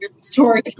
story